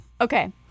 Okay